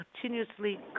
continuously